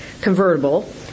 convertible